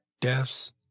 deaths